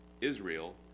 Israel